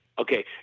Okay